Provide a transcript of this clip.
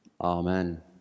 Amen